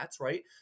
right